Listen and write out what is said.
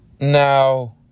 Now